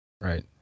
Right